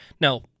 Now